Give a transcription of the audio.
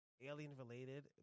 alien-related